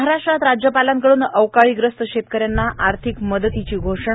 महाराष्ट्रात राज्यपालांकडून अवकाळीग्रस्त शेतकऱ्यांना आर्थिक मदतीची घोषणा